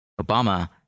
Obama